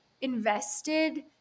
Invested